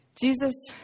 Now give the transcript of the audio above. Jesus